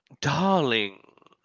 Darling